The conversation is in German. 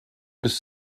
bis